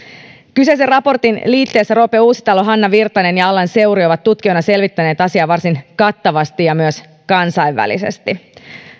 kyseisen raportin liitteessä roope uusitalo hanna virtanen ja allan seuri ovat tutkijoina selvittäneet asiaa varsin kattavasti ja myös kansainvälisesti